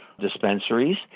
dispensaries